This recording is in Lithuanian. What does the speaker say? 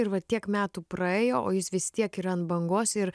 ir va tiek metų praėjo o jis vis tiek yra ant bangos ir